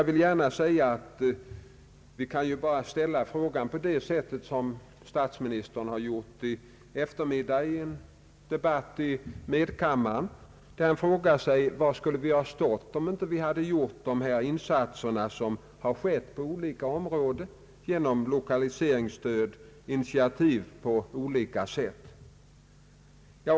I en debatt i dag på eftermiddagen i medkammaren ställde statsministern frågan var vi skulle ha stått om vi inte gjort de insatser som förekommit på olika områden genom lokaliseringsstöd och initiativ på olika sätt.